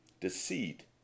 Deceit